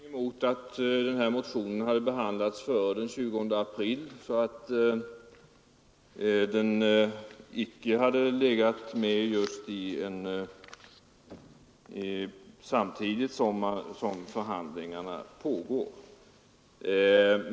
Herr talman! Jag hade i och för sig inte haft någonting emot att den här motionen behandlats före den 20 april, så att den inte hade kommit samtidigt som förhandlingarna pågår.